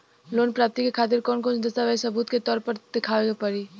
Loan प्राप्ति के खातिर कौन कौन दस्तावेज सबूत के तौर पर देखावे परी?